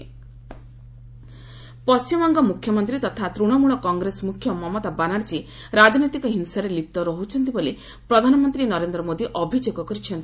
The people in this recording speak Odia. ପିଏମ୍ ମୋଦି ପଶ୍ଚିମବଙ୍ଗ ମୁଖ୍ୟମନ୍ତ୍ରୀ ତଥା ତୃଶମୂଳ କଂଗ୍ରେସ ମୁଖ୍ୟ ମମତା ବାନାର୍ଜୀ ରାଜନୈତିକ ହିଂସାରେ ଲିପ୍ତ ରହୁଛନ୍ତି ବୋଲି ପ୍ରଧାନମନ୍ତ୍ରୀ ନରେନ୍ଦ୍ର ମୋଦି ଅଭିଯୋଗ କରିଛନ୍ତି